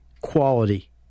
quality